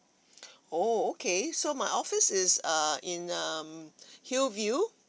oh okay so my office is uh in um hillview